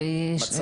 הם עשו סקר.